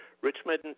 Richmond